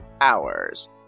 hours